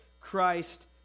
Christ